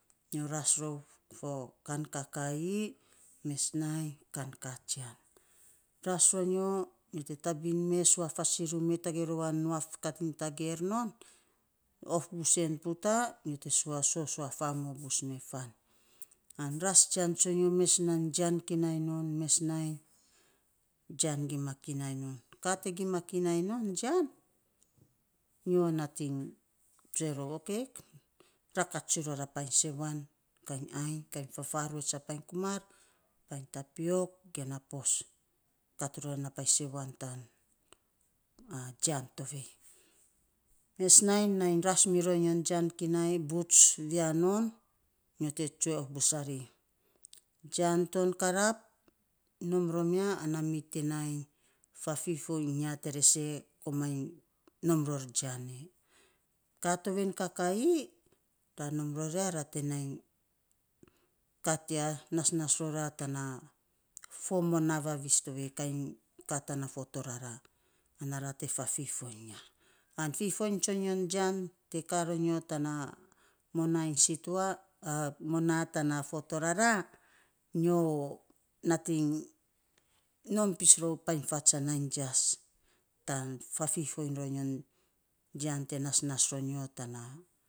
Nyo ras rou fo kain kakii mes nainy kaan katsian, ras ronyo nyo te tabin mee sua fasiruu mee tagei rou a nuaf kat iny tageer non of busen puta nyo te sua sosua faamo bus mee fan. An ras jian tsonyo mes nainy jian kinai non an mes nainy jian gima kimai non. Kaa te gima kinai non jian nyo nating tsue rou, okei, ra kat tsuiny ror a painy sewan kainy ainy fafaruets a painy kumar, painy tapiok gena pos kat rora na painy sewan tan jian tovei. Mes nainy, nainy ras mironyo jian kinai buts via non nyo te tsue of bus rari, jian ton karap nom rom ya mi te nainy fifoiny tere sei komaing nom ror jian ee. kaa tovei kakaii ra nom ror ya ra te nai kat ya nasnas rora tana fo monaa vavis tovei kainy kaa tana fo toraraa ana ra te fafifoiny iny ya an fifoiny tsonyon jian te kaa ronyo tana monaa iny situa a monaa tana fo toraraa nyo nating nom pis rou painy fats nai jias tan fafifoiny ronyon jian te nasnas ronyo tana.